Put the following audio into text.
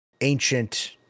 ancient